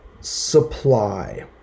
Supply